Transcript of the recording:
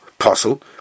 Puzzle